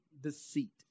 deceit